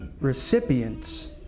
recipients